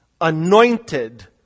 Anointed